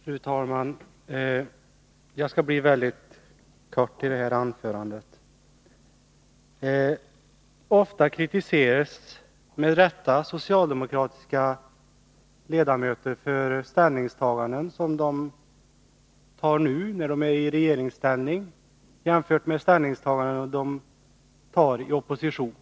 Fru talman! Jag skall fatta mig väldigt kort i det här anförandet. Ofta kritiseras — med rätta — socialdemokratiska politiker för ställningstaganden som de gör nu, när partiet är i regeringsställning, jämfört med ställningstaganden som de gjorde i opposition.